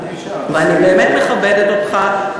אני באמת מכבדת אותך,